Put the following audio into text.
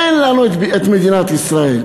אין לנו את מדינת ישראל.